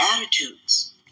attitudes